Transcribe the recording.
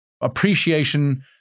appreciation